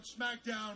SmackDown